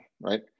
right